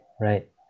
right